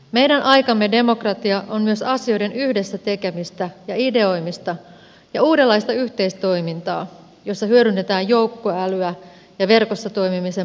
meidän aikamme demokratia on myös asioiden yhdessä tekemistä ja ideoimista ja uudenlaista yhteistoimintaa jossa hyödynnetään joukkoälyä ja verkossa toimimisen mahdollisuuksia